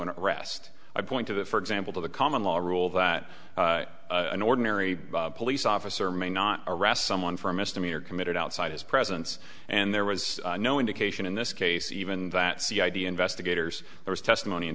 an arrest i point to that for example to the common law rule that an ordinary police officer may not arrest someone for a misdemeanor committed outside his presence and there was no indication in this case even that see id investigators there is testimony in